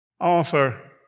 Offer